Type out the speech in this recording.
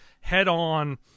head-on